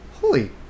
holy